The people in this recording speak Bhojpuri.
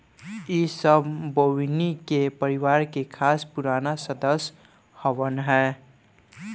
इ सब बोविना के परिवार के खास पुराना सदस्य हवन